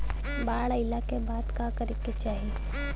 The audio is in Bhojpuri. बाढ़ आइला के बाद का करे के चाही?